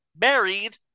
married